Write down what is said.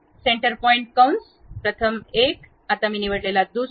centre point कंस प्रथम एक आता मी निवडलेला दुसरा